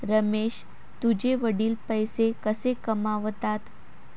रमेश तुझे वडील पैसे कसे कमावतात?